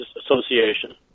Association